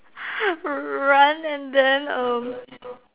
run and then um